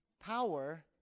power